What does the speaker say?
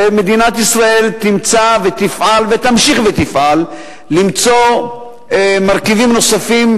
שמדינת ישראל תמצא ותפעל ותמשיך ותפעל למצוא מרכיבים נוספים.